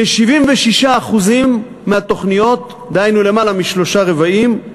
כ-76% מהתוכניות, דהיינו יותר משלושה-רבעים,